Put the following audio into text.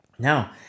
Now